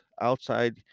outside